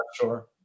sure